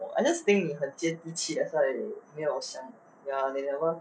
orh I'd just think 你很接地气 that's why 你没有像 ya they never